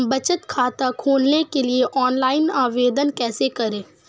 बचत खाता खोलने के लिए ऑनलाइन आवेदन कैसे करें?